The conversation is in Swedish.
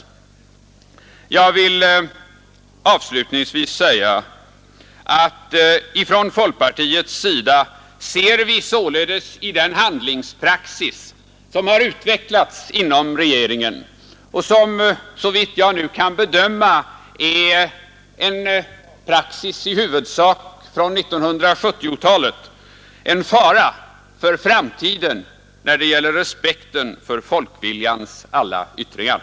10 maj 1972 Jag vill avslutningsvis säga att ifrån folkpartiets sida ser vi således i den handlingspraxis som har utvecklats inom regeringen — såvitt jag nu kan bedöma är detta en praxis i huvudsak från 1970-talet — en fara för EE d framtiden, när det gäller respekten för folkviljans alla yttringar.